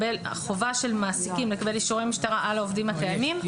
החובה של מעסיקים לקבל אישורי משטרה על העובדים הקיימים היא